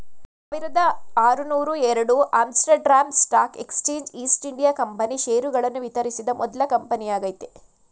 ಸಾವಿರದಆರುನೂರುಎರಡು Amsterdam stock exchange east India company ಷೇರುಗಳನ್ನು ವಿತರಿಸಿದ ಮೊದ್ಲ ಕಂಪನಿಯಾಗೈತೆ